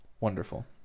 Wonderful